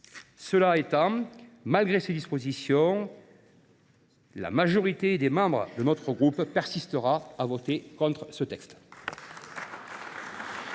Cela étant, malgré ces dispositions, la majorité des membres de notre groupe persistera à voter contre ce texte.